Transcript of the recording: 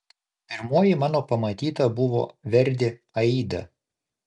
pirmoji mano pamatyta buvo verdi aida